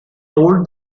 told